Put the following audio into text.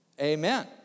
Amen